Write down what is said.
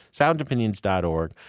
soundopinions.org